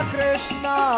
Krishna